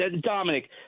Dominic